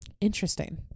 Interesting